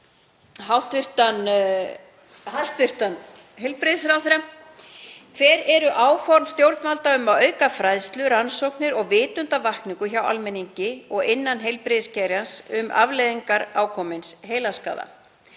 hæstv. heilbrigðisráðherra: Hver eru áform stjórnvalda um að auka fræðslu, rannsóknir og vitundarvakningu hjá almenningi og innan heilbrigðisgeirans um afleiðingar ákomins heilaskaða?